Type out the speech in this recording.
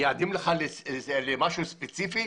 מייעדים לך את זה למשהו ספציפי.